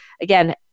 again